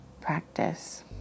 practice